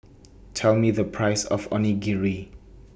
Tell Me The Price of Onigiri